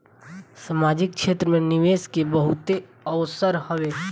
सामाजिक क्षेत्र में निवेश के बहुते अवसर हवे